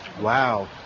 Wow